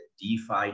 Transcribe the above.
DeFi